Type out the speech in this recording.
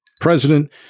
president